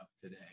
today